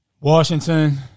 Washington